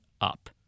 up